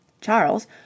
Charles